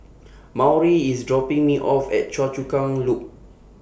Maury IS dropping Me off At Choa Chu Kang Loop